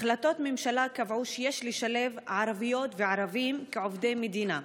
החלטות ממשלה קבעו שיש לשלב ערביות וערבים כעובדי מדינה,